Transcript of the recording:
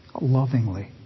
lovingly